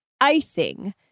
icing